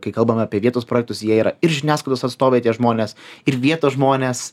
kai kalbame apie vietos projektus jie yra ir žiniasklaidos atstovai tie žmonės ir vietos žmonės